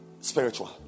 Spiritual